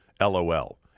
LOL